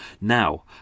Now